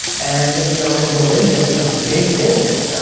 and, you know, and religion is a big business.